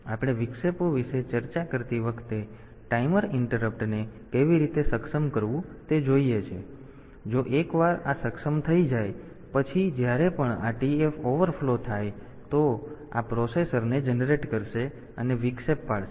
તેથી આપણે વિક્ષેપો વિશે ચર્ચા કરતી વખતે ટાઈમર ઇન્ટરપ્ટને કેવી રીતે સક્ષમ કરવું તે જોઈએ છીએ પરંતુ જો એકવાર આ સક્ષમ થઈ જાય તો પછી જ્યારે પણ આ TF ઓવરફ્લો થાય તો આ પ્રોસેસરને જનરેટ કરશે અને વિક્ષેપ પાડશે